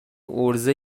عرضه